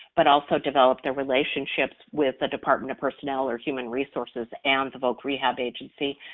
but also develop their relationships with the department of personnel or human resources and the voc rehab agency.